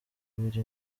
biri